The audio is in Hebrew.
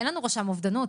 אין לנו רשם אובדנות,